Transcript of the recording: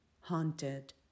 haunted